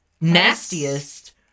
nastiest